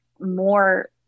more